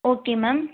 okay ma'am